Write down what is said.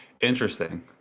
Interesting